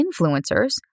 influencers